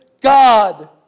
God